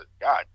god